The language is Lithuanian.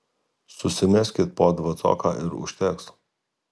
susimeskit po dvacoką ir užteks